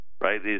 right